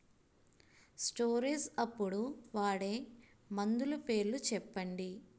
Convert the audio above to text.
Storage అప్పుడు వాడే మందులు పేర్లు చెప్పండీ?